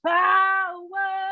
power